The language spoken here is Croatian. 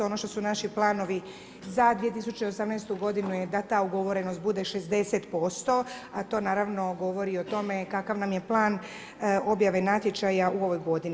Ono što su naši planovi za 2018. godinu je da ta ugovorenost bude 60% a to naravno govori o tome kakav nam je plan objave natječaja u ovoj godini.